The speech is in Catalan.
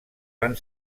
van